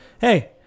hey